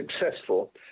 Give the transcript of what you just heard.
successful